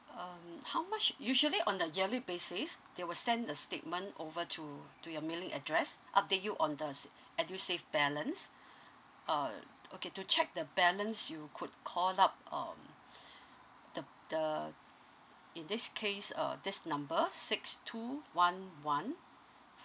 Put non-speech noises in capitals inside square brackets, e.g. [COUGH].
um how much usually on a yearly basis they will send a statement over to to your mailing address update you on the edusave balance uh okay to check the balance you could call up um [BREATH] the the in this case uh this number six two one one